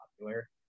popular